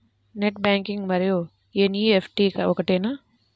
Net banking మరియు NEFT ఒకటేనా?